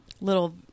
little